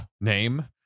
name